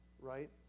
right